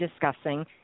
discussing